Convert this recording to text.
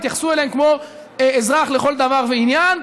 יתייחסו אליהם כמו אך אזרח לכל דבר ועניין,